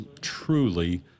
truly